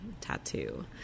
tattoo